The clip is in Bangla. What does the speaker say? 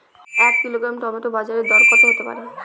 এক কিলোগ্রাম টমেটো বাজের দরকত হতে পারে?